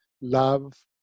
love